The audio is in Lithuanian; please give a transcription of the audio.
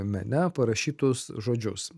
mene parašytus žodžius